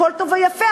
הכול טוב ויפה,